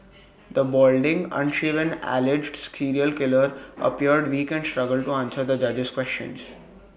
the balding unshaven alleged serial killer appeared weak and struggled to answer the judge's questions